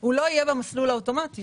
הוא לא יהיה במסלול האוטומטי.